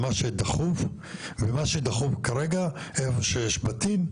מה שדחוף כרגע, שיש בתים,